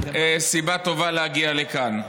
סיבה טובה להגיע לכאן.